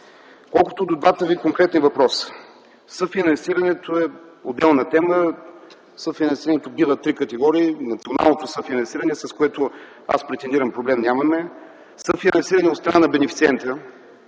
Колкото до двата Ви конкретни въпроса. Съфинансирането е отделна тема. Съфинансирането бива три категории. Националното финансиране, с което аз претендирам, че нямаме проблем. Съфинансиране от страна на бенефициента